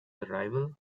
arrival